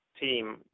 team